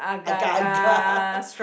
agar agar